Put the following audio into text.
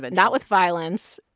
but not with violence,